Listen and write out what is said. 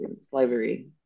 slavery